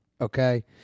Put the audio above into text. okay